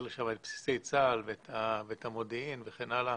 לשם את בסיסי צה"ל ואת המודיעין וכן הלאה,